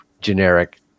generic